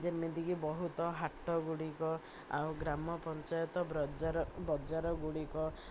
ଯେମିତିକି ବହୁତ ହାଟ ଗୁଡ଼ିକ ଆଉ ଗ୍ରାମ ପଞ୍ଚାୟତ ବଜାର ବଜାର ଗୁଡ଼ିକ